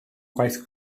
gwaith